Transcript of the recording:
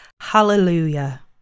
Hallelujah